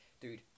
dude